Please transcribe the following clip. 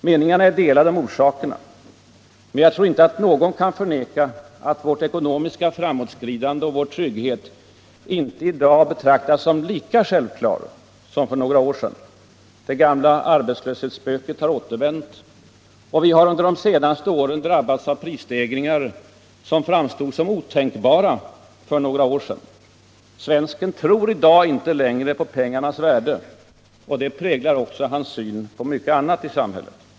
Meningarna är delade om orsakerna. Men jag tror inte att någon kan förneka att vårt ekonomiska framåtskridande och vår trygghet inte i dag betraktas som lika självklara som för några år sedan. Det gamla arbetslöshetsspöket har återvänt. Vi har under de senaste åren drabbats av prisstegringar som framstod som otänkbara för några år sedan. Svensken tror i dag inte längre på pengarnas värde. Och detta präglar också hans syn på mycket annat i samhället.